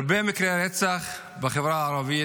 הרבה מקרי רצח בחברה הערבית.